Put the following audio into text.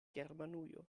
germanujo